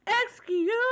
Excuse